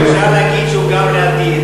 אופיר, אפשר להגיד שהוא גם לעתיד.